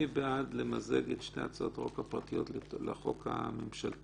מי בעד מיזוג שתי הצעות החוק הפרטיות לחוק הממשלתי?